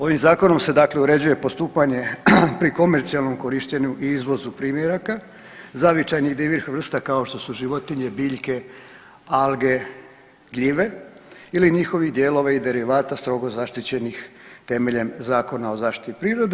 Ovim zakonom se, dakle uređuje postupanje pri komercijalnom korištenju i izvozu primjeraka zavičajnih divljih vrsta kao što su životinje, biljke, alge, gljive ili njihovi dijelovi i derivata strogo zaštićenih temeljem Zakona o zaštiti prirode.